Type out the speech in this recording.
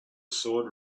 sword